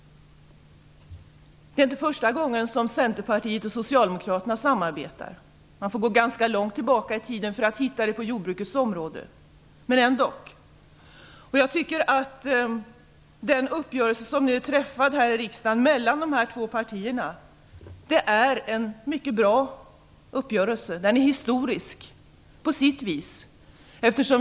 Det är inte första gången som Socialdemokraterna och Centerpartiet samarbetar. Man får gå ganska långt tillbaks i tiden för att hitta det på jordbrukets område, men ändock. Jag tycker att den uppgörelse som nu träffats här i riksdagen mellan dessa två partier är en mycket bra uppgörelse. Den är historisk på sitt vis.